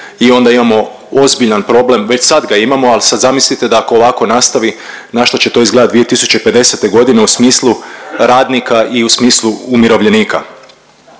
i onda imamo ozbiljan problem, već sad ga imamo, al sad zamislite da ako ovako nastavi na šta će to izgledat 2050. u smislu radnika i u smislu umirovljenika.